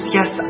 yes